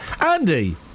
Andy